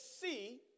see